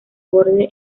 borde